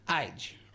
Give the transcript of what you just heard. Age